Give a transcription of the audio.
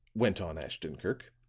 went on ashton-kirk,